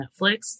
Netflix